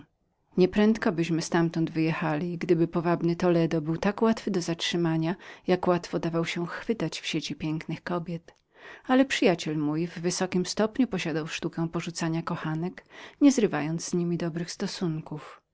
nie tak prędko bylibyśmy wyjechali gdyby powabny toledo był tak łatwym do zatrzymania jak łatwo dawał się chwytać w sieci pięknych kobiet ale przyjaciel mój w wysokim stopniu posiadał sztukę porzucania kochanek nie zrywając przeto z niemi dobrych stosunków